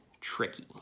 tricky